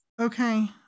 okay